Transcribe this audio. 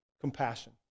Compassion